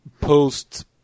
post